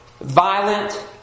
violent